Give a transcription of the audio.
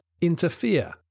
interfere